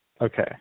Okay